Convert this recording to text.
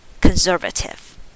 conservative